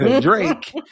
Drake